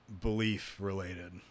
belief-related